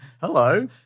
Hello